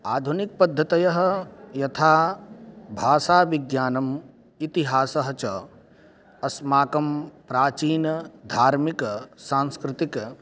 आधुनिकपद्धतयः यथा भाषाविज्ञानम् इतिहासः च अस्माकं प्राचीनधार्मिकसांस्कृतिकं